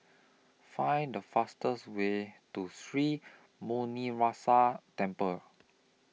Find The fastest Way to Sri Muneeswaran Temple